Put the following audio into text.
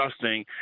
disgusting